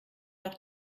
noch